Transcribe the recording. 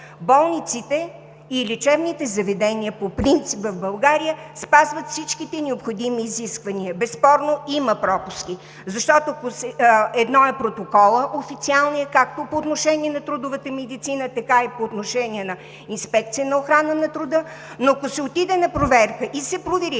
болниците и лечебните заведения по принцип в България спазват всичките необходими изисквания. Безспорно има пропуски. Защото едно е официалният протокол както по отношение на трудовата медицина, така и по отношение на Инспекция на охрана на труда, но ако се отиде на проверка и се провери